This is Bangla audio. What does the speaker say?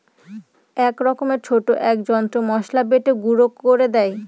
এক রকমের ছোট এক যন্ত্র মসলা বেটে গুঁড়ো করে দেয়